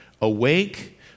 awake